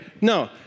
No